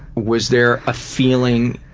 was there a feeling,